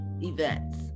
events